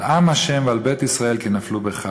"על עם ה' ועל בית ישראל כי נפלו בחרב".